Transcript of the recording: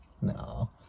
No